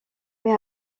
met